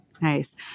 Nice